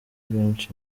muri